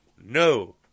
no